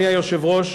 אדוני היושב-ראש,